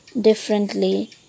differently